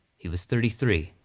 he was thirty three.